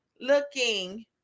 looking